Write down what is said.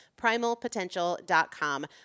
primalpotential.com